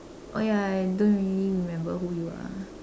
oh ya ya don't really remember who you are